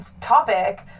topic